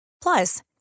Plus